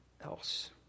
else